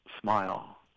smile